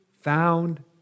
found